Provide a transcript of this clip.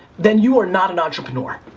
then you are not an entrepreneur.